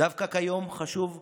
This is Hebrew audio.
דווקא כיום חשוב לומר: